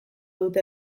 dute